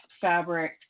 fabric